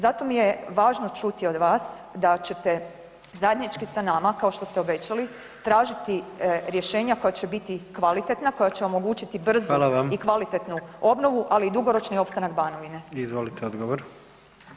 Zato mi je važno čuti od vas da ćete zajednički sa nama kao što ste obećali tražiti rješenja koja će biti kvalitetna koja će omogućiti [[Upadica predsjednik: Hvala vam.]] brzu i kvalitetnu obnovu, ali i dugoročni opstanak Banovine.